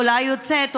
אולי יוצאת,